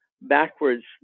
backwards